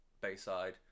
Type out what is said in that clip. Bayside